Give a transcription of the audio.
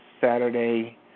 Saturday